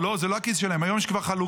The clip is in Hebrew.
לא, זה לא הכיס שלהם, היום יש כבר חלוקה.